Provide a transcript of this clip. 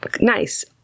nice